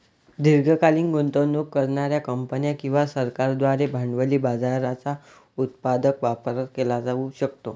दीर्घकालीन गुंतवणूक करणार्या कंपन्या किंवा सरकारांद्वारे भांडवली बाजाराचा उत्पादक वापर केला जाऊ शकतो